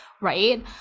Right